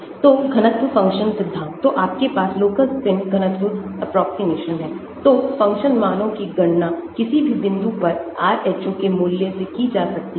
तो घनत्व फ़ंक्शन सिद्धांत तो आपके पास लोकल स्पिन घनत्व एप्रोक्सीमेशन है तोफ़ंक्शन मानों की गणना किसी भी बिंदु पर Rho के मूल्य से की जा सकती है